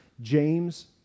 James